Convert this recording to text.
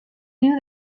knew